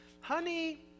honey